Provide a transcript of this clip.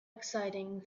exciting